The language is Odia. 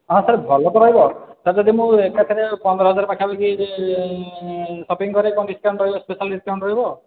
ହଁ ସାର୍ ଭଲ ତ ରହିବ ସାର୍ ଯଦି ମୁଁ ଏକାଥରେ ପନ୍ଦର ହଜାର ପାଖାପାଖି ସପିଂ କରେ କ'ଣ ଡିସ୍କାଉଣ୍ଟ ରହିବ ସ୍ପେଶାଲ୍ ଡିସ୍କାଉଣ୍ଟ ରହିବ